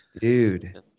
Dude